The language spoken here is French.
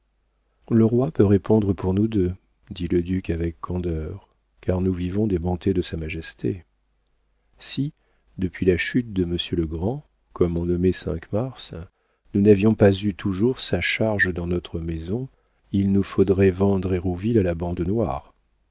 le roi peut répondre pour nous deux dit le duc avec candeur car nous vivons des bontés de sa majesté si depuis la chute de monsieur le grand comme on nommait cinq-mars nous n'avions pas eu toujours sa charge dans notre maison il nous faudrait vendre hérouville à la bande noire